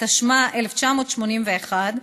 התשמ"א 1981,